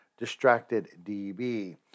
DistractedDB